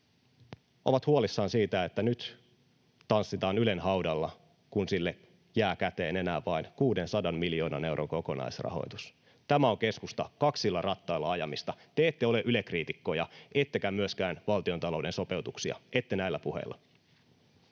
ovat huolissaan siitä, että nyt tanssitaan Ylen haudalla, kun sille jää käteen enää vain 600 miljoonan euron kokonaisrahoitus. Tämä on, keskusta, kaksilla rattailla ajamista. Te ette ole Yle-kriitikkoja ettekä myöskään valtiontalouden sopeuttajia. Ette näillä puheilla.